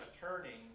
turning